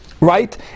Right